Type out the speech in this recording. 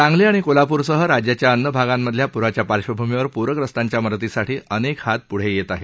सांगली आणि कोल्हापूरसह राज्याच्या अन्य भागातल्या प्राच्या पार्श्वभूमीवर प्रग्रस्तांच्या मदतीसाठी अनेक हात पुढे येत आहे